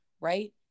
right